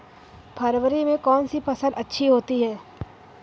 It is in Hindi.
फरवरी में कौन सी फ़सल अच्छी होती है?